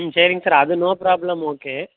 ம் சரிங் சார் அது நோ ப்ராப்ளம் ஓகே